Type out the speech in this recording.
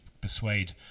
persuade